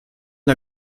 der